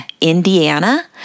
Indiana